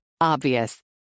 Obvious